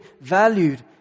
valued